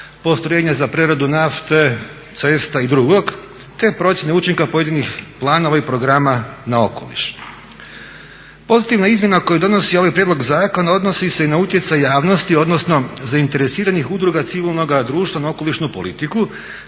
postrojenja za preradu nafte, cesta i drugog te procjene učinka pojedinih planova i programa na okoliš. Pozitivna izmjena koju donosi ovaj prijedlog zakona odnosi se i na utjecaj javnosti odnosno zainteresiranih udruga civilnoga društva na okolišnu politiku.